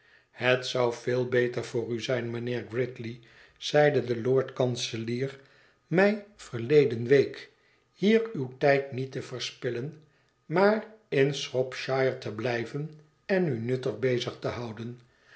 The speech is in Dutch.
het zou veel beter voor u zijn mijnheer gridley zeide de lord-kanselier mij verleden week hier uw tijd niet te verspillen maar in shropshire te blijven en u nuttig bezig te houden